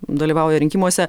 dalyvauja rinkimuose